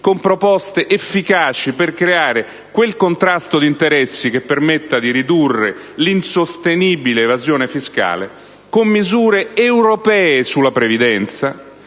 con proposte efficaci per creare quel contrasto di interessi che permetta di ridurre l'insostenibile evasione fiscale; con misure europee sulla previdenza,